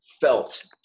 felt